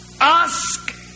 Ask